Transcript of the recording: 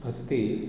अस्ति